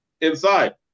inside